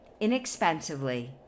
inexpensively